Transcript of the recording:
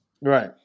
Right